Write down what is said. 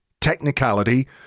technicality